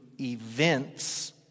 events